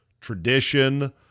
tradition